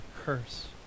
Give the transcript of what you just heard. curse